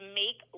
make